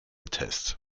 test